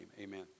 amen